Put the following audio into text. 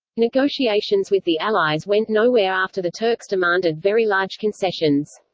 negotiations with the allies went nowhere after the turks demanded very large concessions.